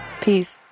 Peace